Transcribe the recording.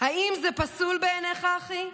// האם זה פסול בעינייך, אחי,